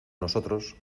nosotros